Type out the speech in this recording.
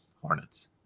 Hornets